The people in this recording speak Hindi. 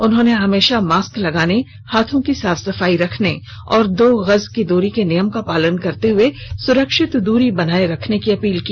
उन्होंने हमेशा मास्क लगाने हाथों की साफ सफाई रखने और दो गज की दूरी के नियम का पालन करते हुए सुरक्षित दूरी बनाए रखने की अपील की